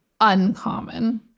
uncommon